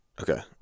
okay